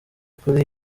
kuri